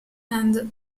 and